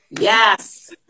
Yes